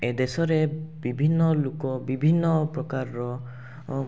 ଏହି ଦେଶରେ ବିଭିନ୍ନ ଲୋକ ବିଭିନ୍ନପ୍ରକାର ଅଁ